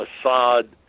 Assad